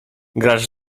grasz